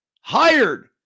hired